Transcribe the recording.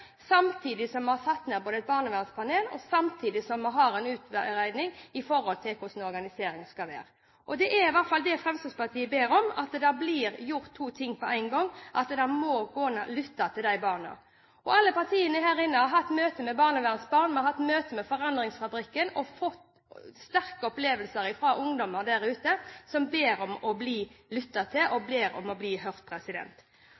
samtidig som man både har satt ned et barnevernspanel og hatt en utredning om hvordan organiseringen skal være. Fremskrittspartiet ber i hvert fall om at det blir gjort to ting på en gang – og at det må gå an å lytte til disse barna. Alle partiene her inne har hatt møter med barnevernsbarn, vi har hatt møter med Forandringsfabrikken og fått høre om sterke opplevelser fra ungdommer der ute som ber om å bli lyttet til,